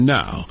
now